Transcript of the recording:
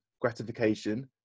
gratification